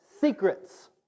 secrets